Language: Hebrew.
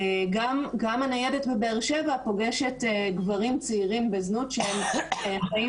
גם הניידת בבאר שבע פוגשת גברים צעירים בזנות שחיים